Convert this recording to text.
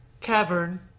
cavern